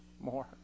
more